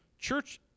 church